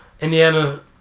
Indiana